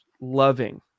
loving